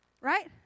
Right